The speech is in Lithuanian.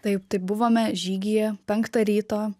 taip tai buvome žygyje penktą ryto